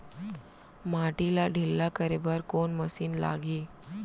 माटी ला ढिल्ला करे बर कोन मशीन लागही?